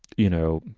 you know,